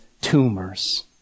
tumors